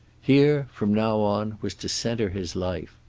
here, from now on, was to center his life.